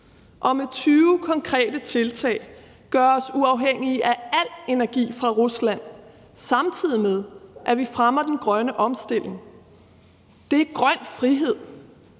kan med 20 konkrete tiltag gøre os uafhængige af al energi fra Rusland, samtidig med at vi fremmer den grønne omstilling. Det er grøn frihed.